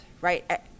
right